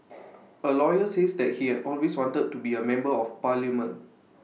A lawyer says that he had always wanted to be A member of parliament